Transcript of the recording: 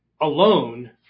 Alone